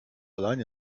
alleine